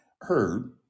heard